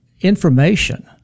information